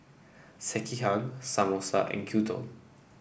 Sekihan Samosa and Gyudon